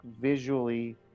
visually